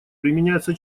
применяется